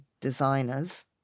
designers